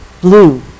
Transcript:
blue